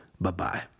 Bye-bye